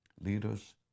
leaders